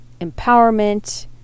empowerment